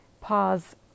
Pause